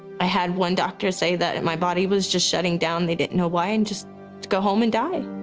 i had one doctor say that my body was just shutting down, they didn't know why, and just go home and die.